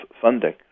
funding